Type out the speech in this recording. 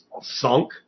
sunk